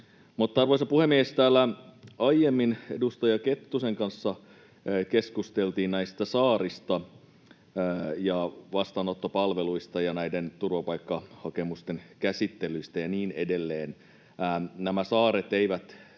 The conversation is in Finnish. arvoisa puhemies, täällä aiemmin edustaja Kettusen kanssa keskusteltiin näistä saarista ja vastaanottopalveluista ja turvapaikkahakemusten käsittelyistä ja niin edelleen.